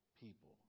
people